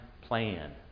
plan